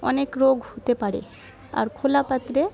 অনেক রোগ হতে পারে আর খোলা পাত্রে